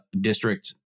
district